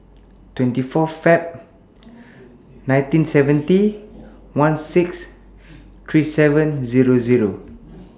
twenty four Feb one thousand nine hundred and seventy sixteen thirty seven